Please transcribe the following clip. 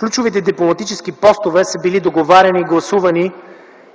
Ключовите дипломатически постове са били договаряни, гласувани